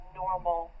normal